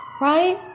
right